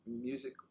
music